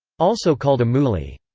also called a mouli.